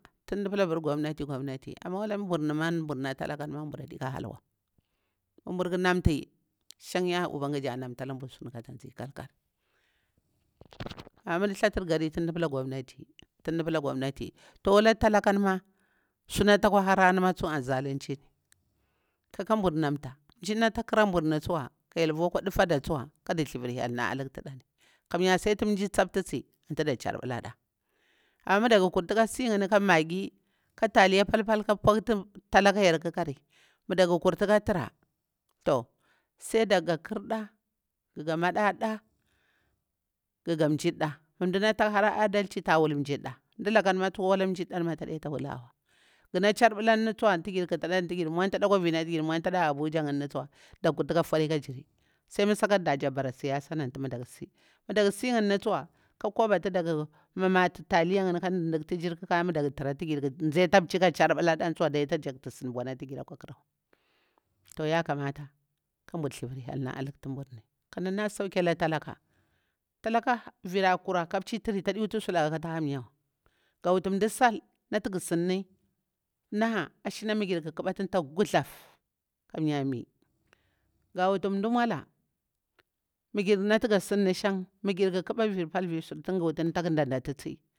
Nɗi pala abir gonati gonati amah waha nbur nimah nbur nah talakau mah nburaɗi ka halwa, mah bur ƙu namti shan ya ubangiji a namtala nburu suni kata nzilah nburu suni kata nzi kal- kal. Amah mandi latir gari tin ndipala gonati, tin ndipala gonati. To wala talakan mah suna talawa harani mah an zalincim kah kah nbur namta. Nji nata karanburni tsuwa ka hyel vuwa akwa tufade tsuwa kada thlivir hyel na alaktidah, kamir sai ti nmji saptisi ati da charɓala dah. Amah madakurti ka singani ka magi ka taliya pal pal ka pukti talaka yar ƙakari mah dag kurti ka trah. Toh sai daga karɗa guga madadah guga njirdah mah ndana ta hara adaci ta wul njir dah, ndilakan mah wala njir ma tidita wulawa. Gana charɓla ni tsuwa ati girllude antigir mmutide akwa vinati gir nmuntida a abujani, toh dak lutika furika firi sai ma sakati ɗah jak bare. Siyasa ati maɗak bara si madak si ngani tsuwa ka kuba tidak mamati taliya agani ƙa ɗuditigiri ƙuka ɗak tara ti girƙu nzita pehi ka charɓalaɗan tsuwa tajak nsidi butigira kwa ƙurawa. Toh yakamata kaburu thlivir hyel na na alutinburu kaɗi nala sauki alah talaka. Talaka vira kura ka pahi tiri, taɗi wutu suka ka hamiyawa. Ta wutu nda sal nati gu sini naha ashina girƙu ƙuba tin tah guthlaf amiya mi. Ga wutu ndi mmulah mi gir nati ga sinin shaud, migi ƙuɓa vir pal vir suɗa.